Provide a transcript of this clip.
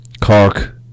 Cork